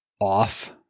off